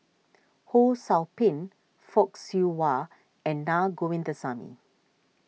Ho Sou Ping Fock Siew Wah and Na Govindasamy